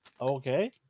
Okay